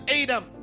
adam